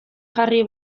jarri